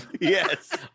Yes